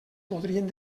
podrien